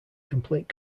complete